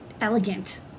elegant